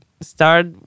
Start